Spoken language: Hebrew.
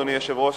אדוני היושב-ראש,